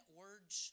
words